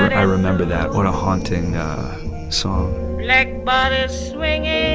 i remember that. what a haunting song black bodies swinging